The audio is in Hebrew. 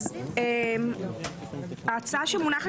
ההצעה שמונחת